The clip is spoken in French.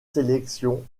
sélection